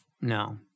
No